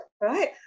right